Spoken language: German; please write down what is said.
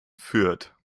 fürth